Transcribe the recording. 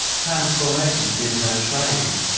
transformation has been her trade.